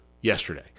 yesterday